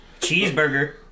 Cheeseburger